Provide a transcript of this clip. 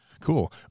Cool